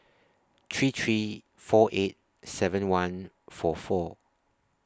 three three four eight seven one four four